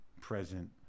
present